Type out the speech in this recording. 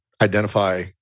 identify